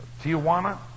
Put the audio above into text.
Tijuana